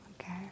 okay